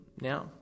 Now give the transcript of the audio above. now